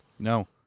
No